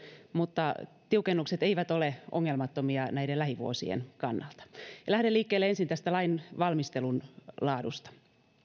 mutta tiukennukset eivät ole ongelmattomia lähivuosien kannalta lähden liikkeelle ensin tästä lainvalmistelun laadusta